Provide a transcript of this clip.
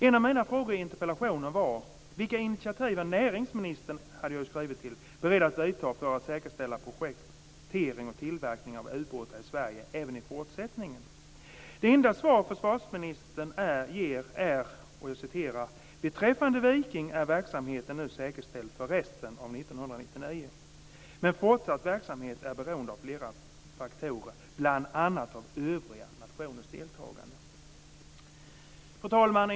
En av mina frågor i interpellationen gällde vilka initiativ näringsministern är beredd att vidta för att säkerställa projektering och tillverkning av ubåtar i Sverige även i fortsättningen. Det enda svar försvarsministern ger här är följande: "Beträffande Viking är verksamheten nu säkerställd för resten av 1999, men fortsatt verksamhet är beroende av flera faktorer, bl.a. av övriga nationers deltagande." Fru talman!